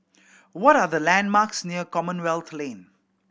what are the landmarks near Commonwealth Lane